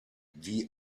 die